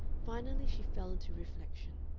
finally she fell into reflection.